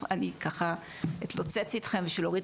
אני ככה אתלוצץ איתכם בשביל להוריד